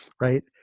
right